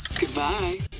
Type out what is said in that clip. Goodbye